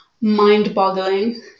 mind-boggling